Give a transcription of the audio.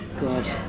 God